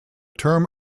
term